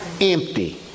Empty